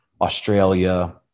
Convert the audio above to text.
Australia